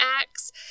Acts